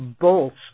bolts